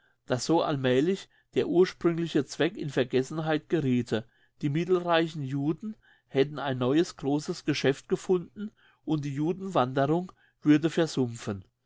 dass so allmälig der ursprüngliche zweck in vergessenheit geriethe die mittelreichen juden hätten ein neues grosses geschäft gefunden und die judenwanderung würde versumpfen